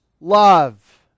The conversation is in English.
love